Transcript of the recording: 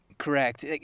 correct